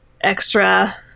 extra